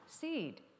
seed